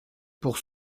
pour